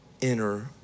inner